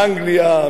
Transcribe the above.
מאנגליה,